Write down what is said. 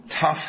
Tough